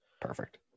Perfect